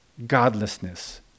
Godlessness